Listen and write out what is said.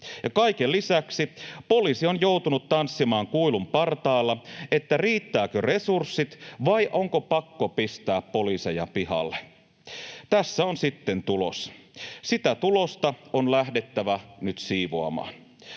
Kaiken lisäksi poliisi on joutunut tanssimaan kuilun partaalla, että riittävätkö resurssit vai onko pakko pistää poliiseja pihalle. Tässä on sitten tulos. Sitä tulosta on lähdettävä nyt siivoamaan.